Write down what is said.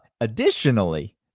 additionally